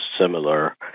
similar